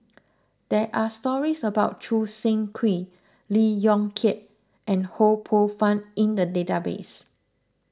there are stories about Choo Seng Quee Lee Yong Kiat and Ho Poh Fun in the database